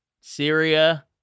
syria